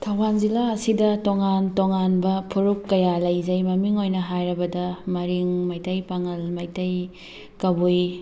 ꯊꯧꯕꯥꯜ ꯖꯤꯂꯥ ꯑꯁꯤꯗ ꯇꯣꯉꯥꯟ ꯇꯣꯉꯥꯟꯕ ꯐꯨꯔꯞ ꯀꯌꯥ ꯂꯩꯖꯩ ꯃꯃꯤꯡ ꯑꯣꯏꯅ ꯍꯥꯏꯔꯕꯗ ꯃꯔꯤꯡ ꯃꯩꯇꯩ ꯄꯥꯉꯜ ꯃꯩꯇꯩ ꯀꯕꯨꯏ